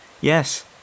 Yes